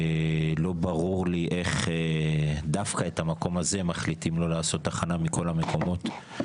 לא ברור לי איך דווקא במקום הזה מחליטים לא לעשות תחנה מכל המקומות.